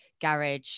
garage